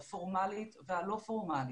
הפורמלית והלא פורמלית,